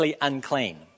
unclean